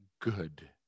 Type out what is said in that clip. good